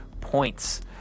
points